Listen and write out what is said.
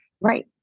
Right